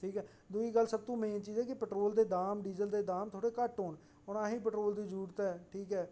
ठीक ऐ दूई गल्ल सब तूं मेन चीज़ ऐ कि पट्रोल दे धाम डीजल दे धाम थोह्ड़े घट्ट होन हून असें गी पट्रोल दी जरुरत ऐ ठीक ऐ